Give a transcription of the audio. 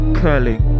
curling